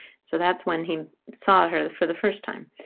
so that's when he saw her for the first time.